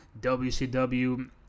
WCW